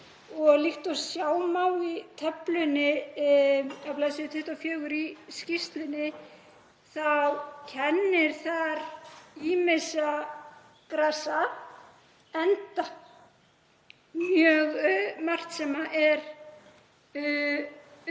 á. Líkt og sjá má í töflunni á bls. 24 í skýrslunni þá kennir þar ýmissa grasa, enda mjög margt sem er